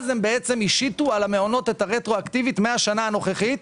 אז הם בעצם השיתו על המעונות את הרטרואקטיבית מהשנה הנוכחית,